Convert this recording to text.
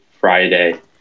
Friday